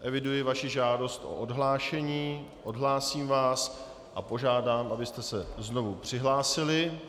Eviduji vaši žádost o odhlášení, odhlásím vás a požádám, abyste se znovu přihlásili.